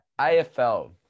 AFL